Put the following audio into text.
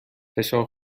فشار